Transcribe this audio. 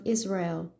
Israel